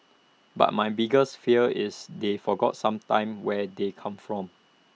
but my biggers fear is they forget sometimes where they come from